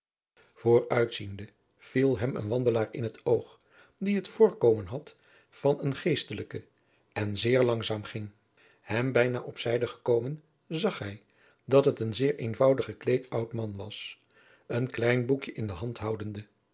vooruitziende viel hem een wandelaar in het oog die het voorkomen had van een geestelijke en zeer langzaam ging hem bijna op zijde gekomen adriaan loosjes pzn het leven van maurits lijnslager zag hij dat het een zeer eenvoudig gekleed oud man was een klein boekje in de hand houdende